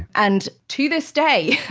and to this day,